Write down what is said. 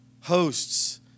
Hosts